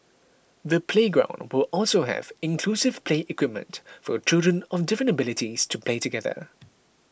the playground will also have inclusive play equipment for children of different abilities to play together